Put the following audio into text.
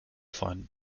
fund